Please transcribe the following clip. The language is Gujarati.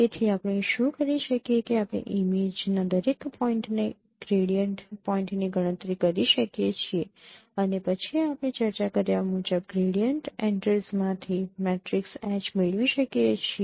તેથી આપણે શું કરી શકીએ કે આપણે ઈમેજનાં દરેક પોઈન્ટએ ગ્રેડીંટ પોઈન્ટની ગણતરી કરી શકીએ છીએ અને પછી આપણે ચર્ચા કર્યા મુજબ ગ્રેડીંટ એંટ્રીસમાંથી મેટ્રિક્સ H મેળવી શકીએ છીએ